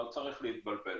לא צריך להתבלבל,